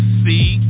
see